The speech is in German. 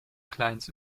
clients